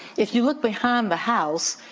if you look behind the house,